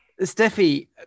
Steffi